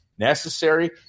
necessary